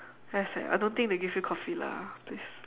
very sad I don't think they give you coffee lah please